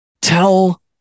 tell